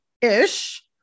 ish